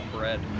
Bread